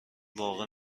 واقع